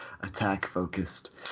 attack-focused